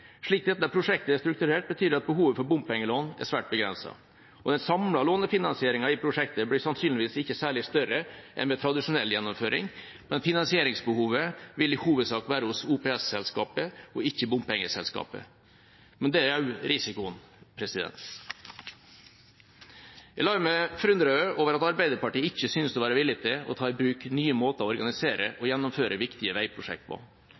Slik dette prosjektet er strukturert, betyr det at behovet for bompengelån er svært begrenset. Den samlede lånefinansieringen i prosjektet blir sannsynligvis ikke særlig større enn ved tradisjonell gjennomføring, men finansieringsbehovet vil i hovedsak være hos OPS-selskapet og ikke hos bompengeselskapet. Det er også risikoen. Jeg lar meg forundre over at Arbeiderpartiet ikke synes å være villig til å ta i bruk nye måter å organisere og gjennomføre viktige veiprosjekt på.